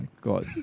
god